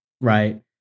right